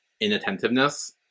inattentiveness